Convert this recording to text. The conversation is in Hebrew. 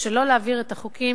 שלא להעביר את החוקים